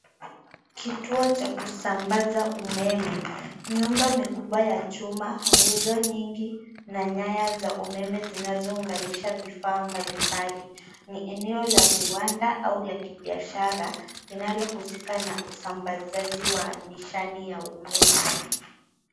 Kituo cha kusambaza umeme. Miundo mikubwa ya chuma, nguzo nyingi, na nyaya za umeme zinazounganisha vifaa mbalimbali. Ni eneo la viwanda au la kibiashara linalohusika na usambazaji wa nishati ya umeme.